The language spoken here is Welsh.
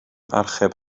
archeb